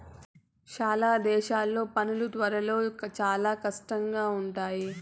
చాలా దేశాల్లో పనులు త్వరలో చాలా కష్టంగా ఉంటాయి